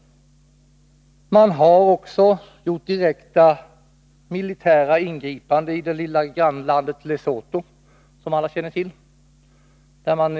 Man har också gjort direkta militära ingripanden i det lilla grannlandet Lesotho, som alla känner till.